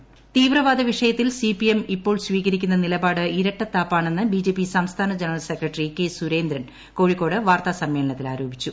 K Surendran തീവ്രവാദ വിഷയത്തിൽ C P M ഇപ്പോൾ സ്വീകരിക്കുന്ന നിലപാട് ഇരട്ടത്താപ്പാണെന്ന് ബി ജെ പി സംസ്ഥാന general secretary K Surendran Kozhikode വാർത്താസമ്മോളനത്തിൽ ആരോപിച്ചു